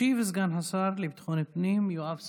ישיב סגן השר לביטחון פנים יואב סגלוביץ'.